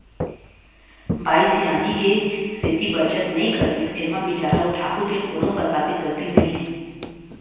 बाई सियानी के सेती बचत नइ करिस ऐमा बिचारा ओ ठाकूर के कोनो परकार के गलती नइ हे